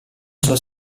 sua